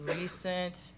recent